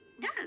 No